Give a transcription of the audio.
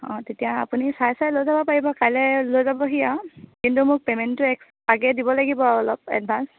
অঁ তেতিয়া আপুনি চাই চাই লৈ যাব পাৰিব কাইলৈ লৈ যাবহি আৰু কিন্তু মোক পে'মেণ্টটো এক্সকৈ দিব লাগিব আৰু অলপ এডভা্ঞ্চ